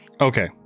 Okay